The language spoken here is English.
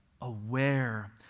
aware